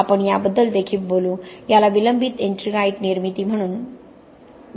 आपण याबद्दल देखील बोलू याला विलंबित एट्रिंगाइट निर्मिती म्हणून देखील ओळखले जाते